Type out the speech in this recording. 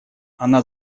она